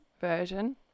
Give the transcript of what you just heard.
version